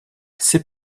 ses